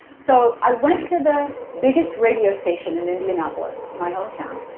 so i went to the biggest radio station in indianapolis, my hometown,